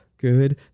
good